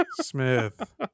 Smith